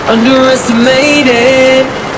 Underestimated